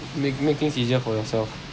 make make things easier for yourself